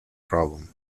problem